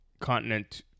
continent